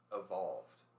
evolved